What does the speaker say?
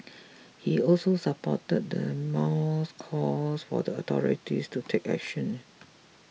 he also supported the mall's calls for the authorities to take action